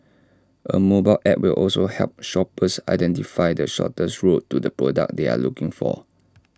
A mobile app will also help shoppers identify the shortest route to the product they are looking for